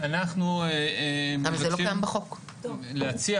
אנחנו רוצים להציע